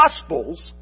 Gospels